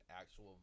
actual